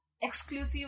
exclusive